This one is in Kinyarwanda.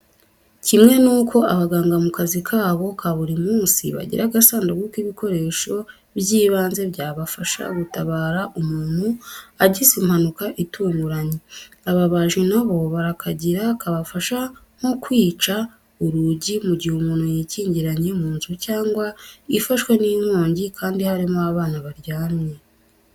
Kimwe n'uko abaganga mu kazi kabo ka buri munsi, bagira agasanduku k'ibikoresho by'ibanze byabafasha gutabara umuntu agize impanuka itunguranye, ababaji na bo barakagira kabafasha nko kwica urugi mu gihe umuntu yikingiranye mu nzu cyangwa ifashwe n'inkongi kandi harimo abana baryamye.